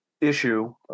issue